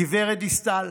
גב' דיסטל,